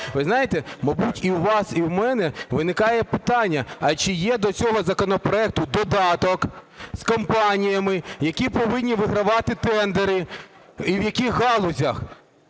Ви знаєте, мабуть, і у вас, і у мене виникає питання: а чи є до цього законопроекту додаток з компаніями, які повинні вигравати тендери і в яких галузях?